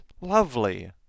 Lovely